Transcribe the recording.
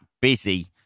busy